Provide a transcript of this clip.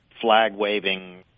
flag-waving